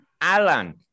Alan